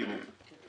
תראו,